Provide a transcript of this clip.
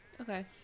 Okay